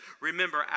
remember